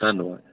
ਧੰਨਵਾਦ